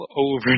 over